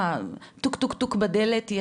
טוק טוק טוק בדלת,